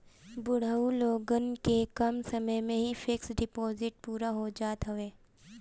बुढ़ऊ लोगन के कम समय में ही फिक्स डिपाजिट पूरा हो जात हवे